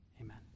Amen